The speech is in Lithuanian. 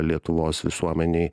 lietuvos visuomenėj